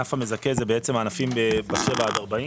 הענף המזכה הוא בעצם ענפים בשבעה עד 40 קילומטר,